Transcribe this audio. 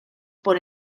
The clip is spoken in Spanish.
por